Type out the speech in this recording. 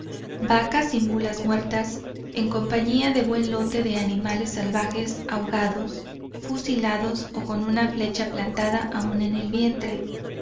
vacas y mulas muertas en compañía de buen lote de animales salvajes ahogados fusilados o con una flecha plantada aún en el vientre